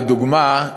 לדוגמה,